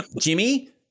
Jimmy